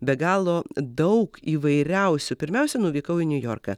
be galo daug įvairiausių pirmiausia nuvykau į niujorką